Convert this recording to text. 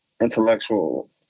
intellectual